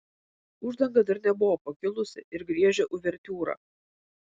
uždanga dar nebuvo pakilusi ir griežė uvertiūrą